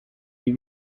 die